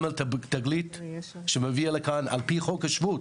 גם "תגלית", שמביאה לכאן על-פי חוק השבות